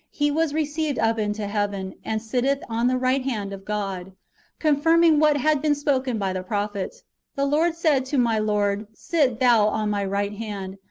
he was received up into heaven, and sitteth on the right hand of god confirming what had been spoken by the prophet the lord said to my lord, sit thou on my right hand,